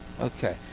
Okay